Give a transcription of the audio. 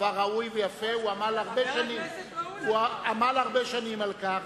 דבר ראוי ויפה, הוא עמל הרבה שנים על כך.